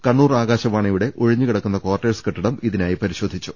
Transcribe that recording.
കണ്ണൂർ ആകാശവാണിയുടെ ഒഴിഞ്ഞുകിടക്കുന്ന കാർട്ടേഴ്സ് കെട്ടിടം ഇതി നായി പരിശോധിച്ചു